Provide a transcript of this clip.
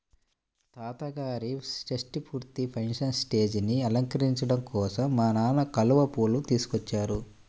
తాతగారి షష్టి పూర్తి ఫంక్షన్ స్టేజీని అలంకరించడం కోసం మా నాన్న కలువ పూలు తీసుకొచ్చారు